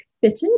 fitted